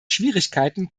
schwierigkeiten